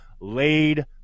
laid